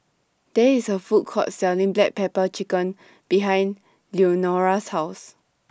There IS A Food Court Selling Black Pepper Chicken behind Leonora's House